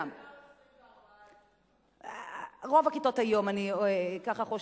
הממוצע הוא 24 25. רוב הכיתות היום, אני כך חושבת.